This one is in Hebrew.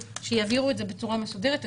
שיעבירו את הפנייה בצורה מסודרת.